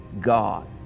God